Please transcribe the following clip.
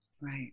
Right